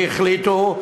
והחליטו,